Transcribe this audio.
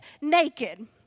naked